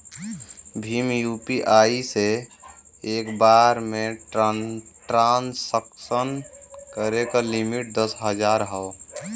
Bhim UPI से एक बार में ट्रांसक्शन करे क लिमिट दस हजार हौ